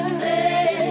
say